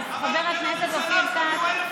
חבר הכנסת אופיר כץ,